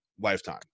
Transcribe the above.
lifetime